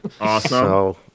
Awesome